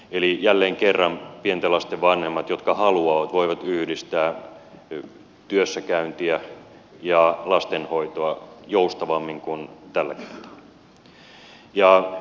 eli jälleen kerran pienten lasten vanhemmat jotka haluavat voivat yhdistää työssäkäyntiä ja lastenhoitoa joustavammin kuin tällä kertaa